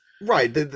right